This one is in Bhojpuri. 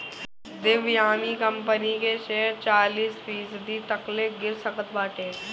देवयानी कंपनी के शेयर चालीस फीसदी तकले गिर सकत बाटे